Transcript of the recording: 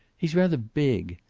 he's rather big.